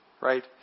Right